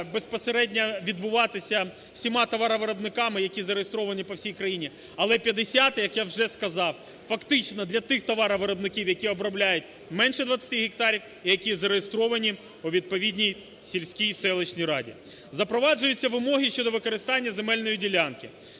безпосередньо відбуватися всіма товаровиробниками, які зареєстровані по всій країні, але 50, як я вже сказав, фактично для тих товаровиробників, які обробляють менше 20 гектарів і які зареєстровані у відповідній сільській, селищній раді. Запроваджуються вимоги щодо використання земельної ділянки.